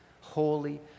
holy